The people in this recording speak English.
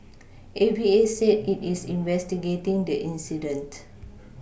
A V A said it is investigating the incident